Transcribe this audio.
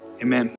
Amen